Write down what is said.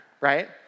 right